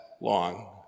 long